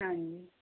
ਹਾਂਜੀ